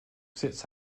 sits